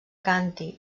càntir